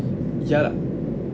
ya